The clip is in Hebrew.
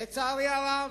לצערי הרב,